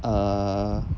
err